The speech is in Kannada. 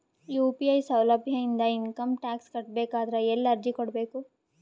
ಯು.ಪಿ.ಐ ಸೌಲಭ್ಯ ಇಂದ ಇಂಕಮ್ ಟಾಕ್ಸ್ ಕಟ್ಟಬೇಕಾದರ ಎಲ್ಲಿ ಅರ್ಜಿ ಕೊಡಬೇಕು?